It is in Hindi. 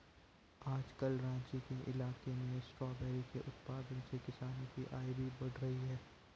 आजकल राँची के इलाके में स्ट्रॉबेरी के उत्पादन से किसानों की आय भी बढ़ रही है